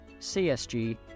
CSG